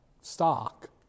stock